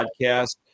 podcast